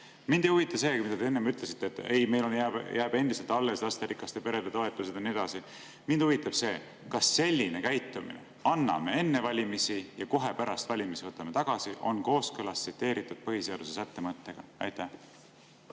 Mind ei huvita see, mida te enne ütlesite, et ei, meil on ja jäävad endiselt alles lasterikaste perede toetused ja nii edasi. Mind huvitab see, kas selline käitumine, et anname enne valimisi ja kohe pärast valimisi võtame tagasi, on kooskõlas tsiteeritud põhiseaduse sätte mõttega. Suur